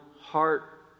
heart